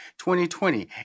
2020